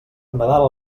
nadal